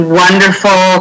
wonderful